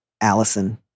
Allison